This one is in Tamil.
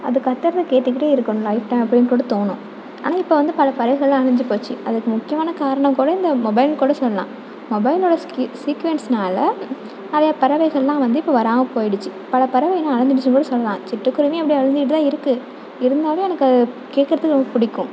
அது கத்துறத கேட்டுக்கிட்டே இருக்கணும் நைட்ல அப்படினு கூட தோணும் ஆனால் இப்போ வந்து பல பறவைகள்லாம் அழிஞ்சு போச்சு அதுக்கு முக்கியமான காரணம் கூட இந்த மொபைல்னு கூட சொல்லலாம் மொபைலோட ஸ்கீ சீக்குவன்ஸினால் நிறையா பறவைகள்லாம் வந்து இப்போ வராமல் போயிடுத்து பல பறவையினம் அழிஞ்சிருச்சுனுகூட சொல்லலாம் சிட்டுக்குருவியும் அப்படி அழிஞ்சுக்கிட்டு தான் இருக்குது இருந்தாலும் எனக்கு கேட்குறதுக்கு ரொம்ப பிடிக்கும்